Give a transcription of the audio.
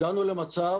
הגענו למצב